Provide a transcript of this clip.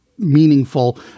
meaningful